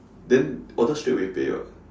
then order straight away pay [what]